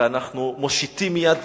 ואנחנו מושיטים יד